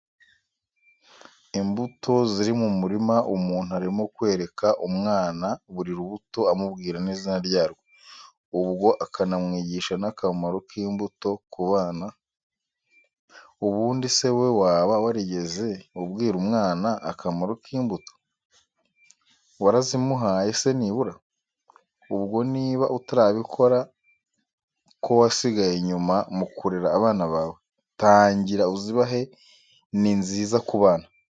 Imbuto ziri mu murima, umuntu arimo kwereka umwana buri rubuto amubwira n'izina ryarwo, ubwo akanamwigisha n'akamaro k'imbuto ku bana. Ubundi se wowe waba warigeze ubwira umwana akamaro k'imbuto? Warazimuhaye se nibura? Ubwo niba utarabikora kowasigaye inyuma mu kurera abana bawe, tangira uzibahe ni nziza ku bana.